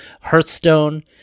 Hearthstone